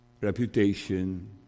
reputation